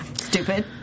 stupid